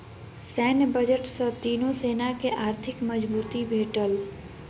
सैन्य बजट सॅ तीनो सेना के आर्थिक मजबूती भेटल